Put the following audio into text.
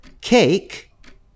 cake